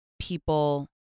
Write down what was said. people